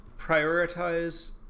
Prioritize